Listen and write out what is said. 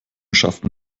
schafften